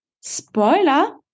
Spoiler